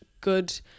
good